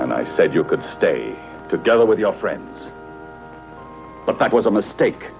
and i said you could stay together with your friends but that was a mistake